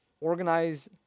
organize